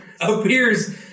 appears